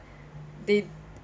they